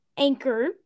Anchor